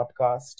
podcast